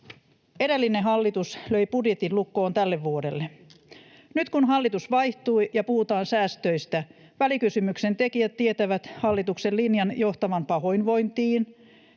Edellinen hallitus löi budjetin lukkoon tälle vuodelle. Nyt kun hallitus vaihtui ja puhutaan säästöistä, välikysymyksen tekijät tietävät hallituksen linjan johtavan pahoinvointiin,